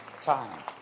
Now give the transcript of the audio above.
time